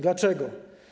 Dlaczego?